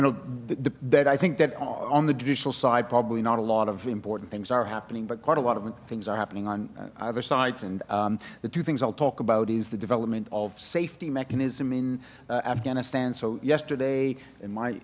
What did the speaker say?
know that i think that on the judicial side probably not a lot of important things are happening but quite a lot of things are happening on other sides and the two things i'll talk about is the development of safety mechanism in afghanistan so yesterday in my